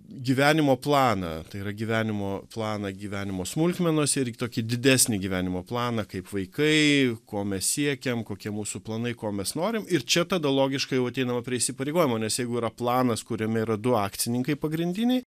gyvenimo planą tai yra gyvenimo planą gyvenimo smulkmenose ir tokį didesnį gyvenimo planą kaip vaikai ko mes siekiam kokie mūsų planai ko mes norim ir čia tada logiškai jau ateinama prie įsipareigojimo nes jeigu yra planas kuriame yra du akcininkai pagrindiniai